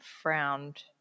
frowned